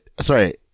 Sorry